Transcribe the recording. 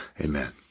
Amen